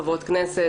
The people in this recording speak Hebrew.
חברות כנסת,